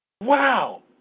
Wow